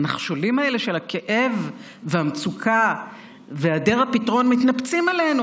והנחשולים האלה של הכאב והמצוקה והיעדר הפתרון מתנפצים אלינו.